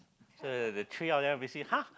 so the the three of them basically [huh]